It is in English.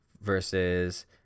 versus